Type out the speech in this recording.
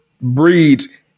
breeds